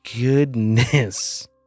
goodness